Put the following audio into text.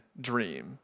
dream